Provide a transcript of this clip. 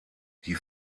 die